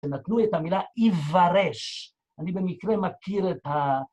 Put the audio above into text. שנתנו את המילה איוורש, אני במקרה מכיר את ה...